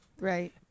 right